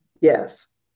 Yes